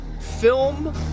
film